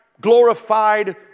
glorified